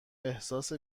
احساس